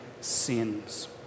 sins